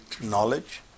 knowledge